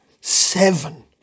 Seven